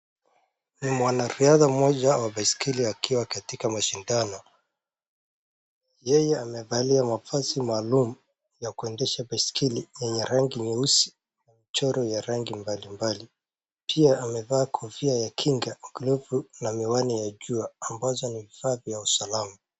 Mwanariadha mmoja wa baiskeli akiwa katika mashindano, yeye amevalia mavazi maalumu ya kuendesha baiskeli yenye rangi nyeusi na michoro ya rangi mbalimbali pia amevaa kofia ya kinga, glavu na miwani ya jua ambazo ni vifaa za usalama .